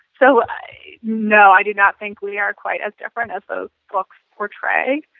so i you know i did not think we are quite as different as the books portray.